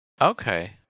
okay